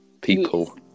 people